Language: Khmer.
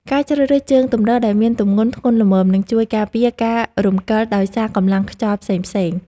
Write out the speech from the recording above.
ការជ្រើសរើសជើងទម្រដែលមានទម្ងន់ធ្ងន់ល្មមនឹងជួយការពារការរំកិលដោយសារកម្លាំងខ្យល់ផ្សេងៗ។